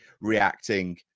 reacting